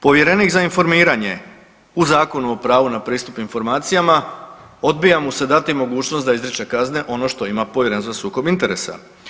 Povjerenik za informiranje u Zakonu o pravu na pristup informacijama odbija mu se dati mogućnost da izriče kazne ono što ima Povjerenstvo za sukob interesa.